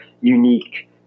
unique